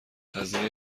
هزینه